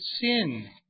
sin